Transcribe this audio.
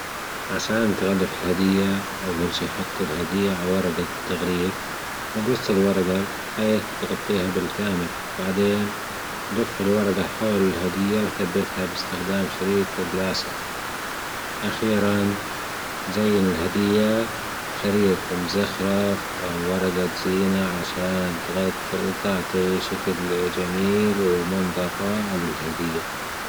عشان تغلف الهدية أول شي حط الهدية على ورجة تغليف وقص الورجة بحيث تغطيها بالكامل، بعدين جفل الورجة حول الهدية وثبتها بإستخدام شريط لاصق، أخيرا زين الهدية بشريط مزخرف أو ورجة زينة عشان تعطي شكل جميل ومنظر رائع للهدية.